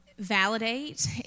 validate